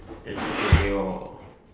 entrepreneur